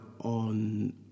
on